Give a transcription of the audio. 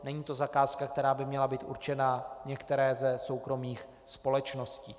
Není to zakázka, která by měla být určena některé ze soukromých společností.